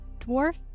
dwarf